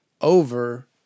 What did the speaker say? over